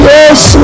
Yes